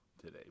today